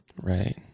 Right